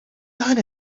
done